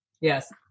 Yes